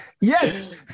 yes